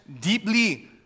deeply